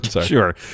Sure